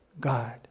God